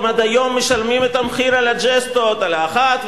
שהם עד היום משלמים את המחיר על הג'סטות: על האחת,